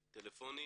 טלפונית,